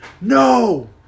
no